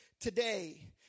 today